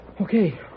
Okay